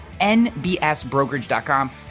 nbsbrokerage.com